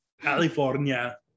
California